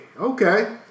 okay